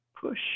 Push